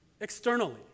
externally